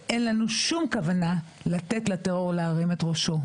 ואין לנו שום כוונה לתת לטרור להרים את ראשו,